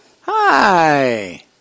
Hi